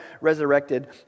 resurrected